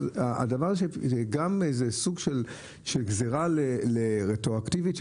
אז הדבר הזה הוא סוג של גזירה רטרואקטיבית,